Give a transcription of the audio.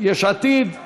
יש עתיד.